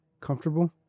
comfortable